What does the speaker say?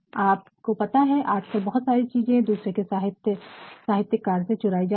आपको पता है आजकल बहुत सारी चीज़े दूसरे के साहित्यिक कार्य से चुराई जाती है